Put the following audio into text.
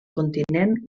continent